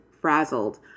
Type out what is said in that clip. frazzled